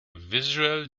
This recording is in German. visual